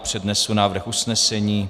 Přednesu návrh usnesení.